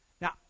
Now